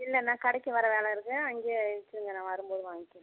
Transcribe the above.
இல்லை நான் கடைக்கு வர வேலை இருக்கு அங்கேயே வச்சுங்க நான் வரும் போது வாங்கிறேன்